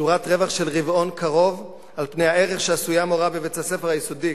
שורת רווח של רבעון קרוב על פני הערך שעשויה מורה בבית-הספר היסודי,